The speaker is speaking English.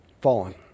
fallen